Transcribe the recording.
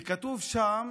וכתוב שם